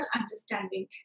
understanding